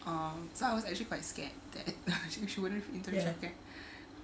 um so I was actually quite scared that she wouldn't she wouldn't fit into the jacket